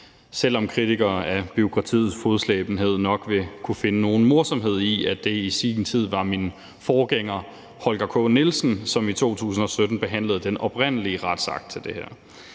selv om kritikere af bureaukratiets fodslæbenhed nok vil kunne finde nogen morsomhed i, at det i sin tid var min forgænger, Holger K. Nielsen, som i 2017 behandlede den oprindelige retsakt til det her,